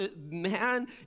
man